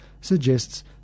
suggests